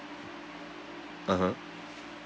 (uh huh)